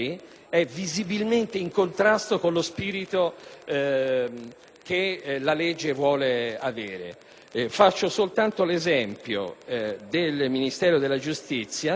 è visibilmente in contrasto con la spirito che la legge vuole avere. Faccio soltanto l'esempio, che però è indicativo,